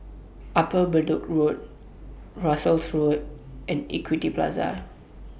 Upper Bedok Road Russels Road and Equity Plaza